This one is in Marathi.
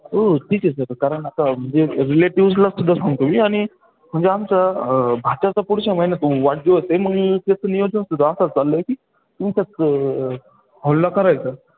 हो ठीक आहे सर कारण आता म्हणजे रिलेटिव्जला सुद्धा सांगतो मी आणि म्हणजे आमचं भाच्याचा पुढच्या महिन्यात वाढदिवस आहे मग त्याचं नियोजन सुद्धा असं चाललं आहे की तुमच्याच हॉलला करायचं आहे